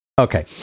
Okay